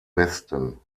westen